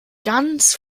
ganz